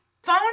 Phone